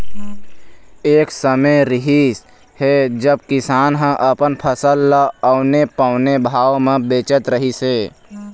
एक समे रिहिस हे जब किसान ह अपन फसल ल औने पौने भाव म बेचत रहिस हे